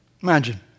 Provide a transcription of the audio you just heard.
Imagine